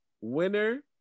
winner